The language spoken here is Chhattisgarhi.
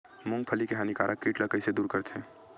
मूंगफली के हानिकारक कीट ला कइसे दूर करथे?